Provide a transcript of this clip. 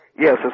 Yes